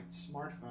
smartphone